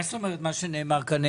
מה זאת אומרת מה שנאמר כאן?